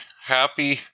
happy